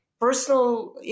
personal